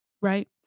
right